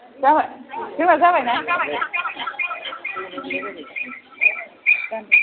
जाबाय जोंना जाबाय ना